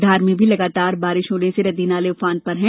धार में भी लगातार बारिश से नदी नाले उफान पर है